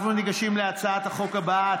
אנחנו ניגשים להצעת החוק הבאה,